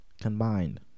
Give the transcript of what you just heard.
Combined